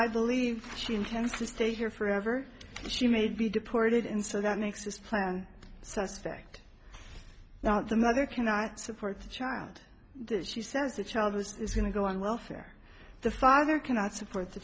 i believe she intends to stay here forever she made be deported and so that makes this plan suspect now the mother cannot support the child that she says the child is going to go on welfare the father cannot support the